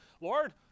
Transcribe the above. Lord